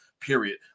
period